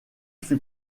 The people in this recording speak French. fut